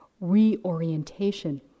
reorientation